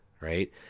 right